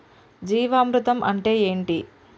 జీవామృతం అంటే ఏంటి?